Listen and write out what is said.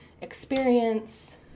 experience